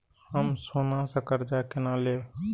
हम सोना से कर्जा केना लैब?